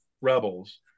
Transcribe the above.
rebels